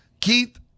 Keith